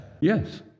Yes